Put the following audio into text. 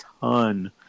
ton